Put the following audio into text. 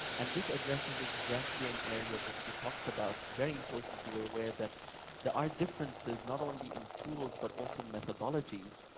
and this addresses exactly an area that you talked about, very importantly, we're aware that there are differences not only in tools but also in methodologies,